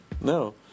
No